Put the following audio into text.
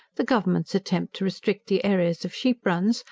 the government's attempt to restrict the areas of sheep-runs,